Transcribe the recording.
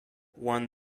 won